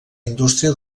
indústria